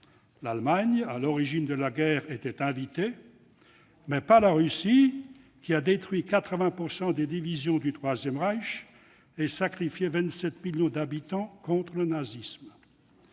L'Allemagne à l'origine de la guerre était invitée, mais pas la Russie, qui a détruit 80 % des divisions du III Reich et sacrifié 27 millions d'habitants pour lutter contre le nazisme.